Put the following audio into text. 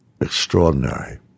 extraordinary